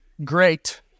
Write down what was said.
Great